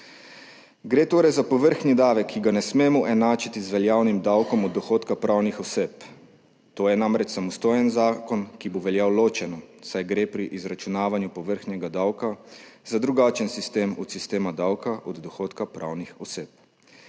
Gre torej za povrhnji davek, ki ga ne smemo enačiti z veljavnim davkom od dohodka pravnih oseb, to je namreč samostojen zakon, ki bo veljal ločeno, saj gre pri izračunavanju površnega davka za drugačen sistem od sistema davka od dohodka pravnih oseb.